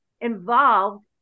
involved